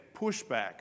pushback